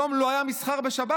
היום לא היה מסחר בשבת.